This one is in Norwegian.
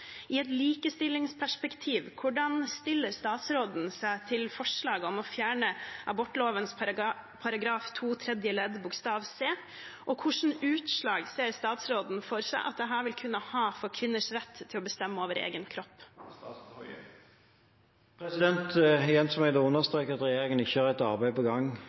I et likestillingsperspektiv, hvordan stiller statsråden seg til forslaget om å fjerne abortloven § 2 tredje ledd bokstav c, og hvilke utslag ser statsråden for seg at dette vil ha for kvinners rett til å bestemme over egen kropp?» Igjen må jeg understreke at regjeringen ikke har et arbeid på gang